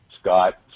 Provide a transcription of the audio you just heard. Scott